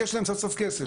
כי יש להם סוף סוף כסף.